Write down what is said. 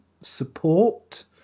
support